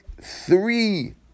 three